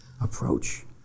approach